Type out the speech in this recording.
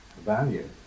value